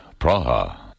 Praha